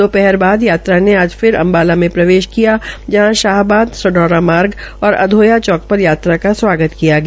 दोपहर बाद यात्रा ने आज फिर अम्बाला में प्रवेश किया जहां शाहबाद स ौरा मार्ग और अधोया चौक पर यात्रा का स्वागत किया गया